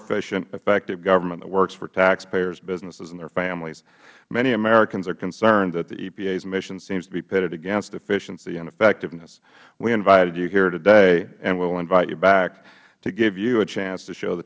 efficient effective government that works for taxpayers businesses and their families many americans are concerned that the epa's mission seems to be pitted against efficiency and effectiveness we invited you here today and we will invite you back to give you a chance to show the